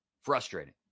Frustrating